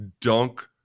dunk